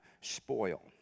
spoil